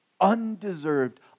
undeserved